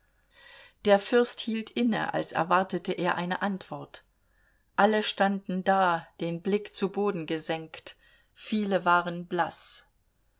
der fürst hielt inne als erwartete er eine antwort alle standen da den blick zu boden gesenkt viele waren blaß